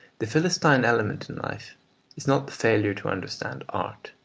the philistine element in life is not the failure to understand art.